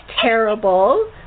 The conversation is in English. terrible